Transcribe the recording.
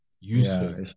useful